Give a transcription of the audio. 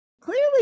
clearly